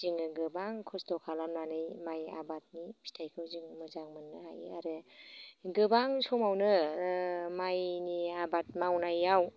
जोङो गोबां खस्थ' खालामनानै माइ आबादनि फिथाइखौ जों मोजां मोननो हायो आरो गोबां समावनो ओ माइनि आबाद मावनायाव